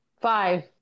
Five